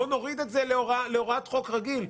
בואו נוריד את זה להוראת חוק רגיל.